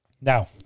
Now